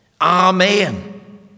Amen